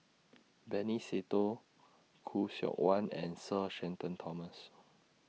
Benny Se Teo Khoo Seok Wan and Sir Shenton Thomas